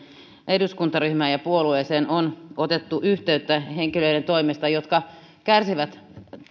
eduskuntaryhmään ja puolueeseen on otettu yhteyttä sellaisten henkilöiden toimesta jotka kärsivät